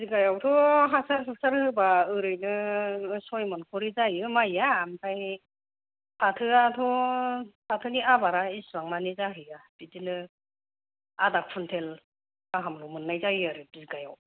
बिगायावथ' हासार हुसार होब्ला ओरैनो सयमन खरि जायो माइआ आमफ्राय फाथोआथ' फाथोनि आबादा इसिबांमानि जाहैया बिदिनो आधा कुइन्टेल गाहामल' मोननाय जायो आरो बिगायाव